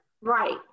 Right